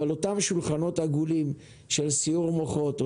אבל אותם שולחנות עגולים של סיעור מוחות,